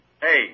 Hey